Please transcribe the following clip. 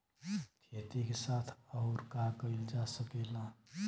खेती के साथ अउर का कइल जा सकेला?